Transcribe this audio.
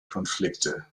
konflikte